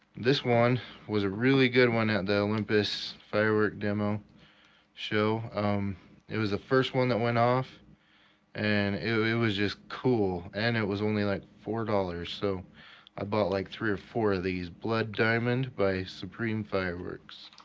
this one was a really good one at the olympus fireworks demo show, um it was the first one that went off and it was just cool and it was only like four dollars so i bought like three or four of these, blood diamond by supreme fireworks.